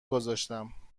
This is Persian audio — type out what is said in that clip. گذاشتم